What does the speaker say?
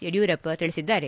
ಯಡಿಯೂರಪ್ಪ ತಿಳಿಸಿದ್ದಾರೆ